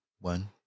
One